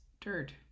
dirt